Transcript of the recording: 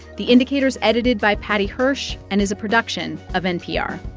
the indicator is edited by paddy hirsch and is a production of npr